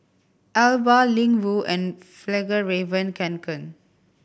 Alba Ling Wu and Fjallraven Kanken